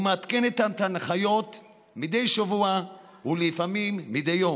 ומעדכנת את ההנחיות מדי שבוע ולפעמים מדי יום,